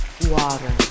water